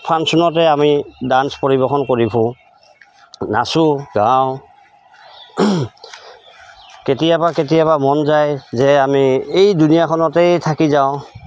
ফাংচনতে আমি ডান্স পৰিৱেশন কৰি ফূৰোঁ নাচোঁ গাওঁ কেতিয়াবা কেতিয়াবা মন যায় যে আমি এই দুুনীয়াখনতেই থাকি যাওঁ